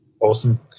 Awesome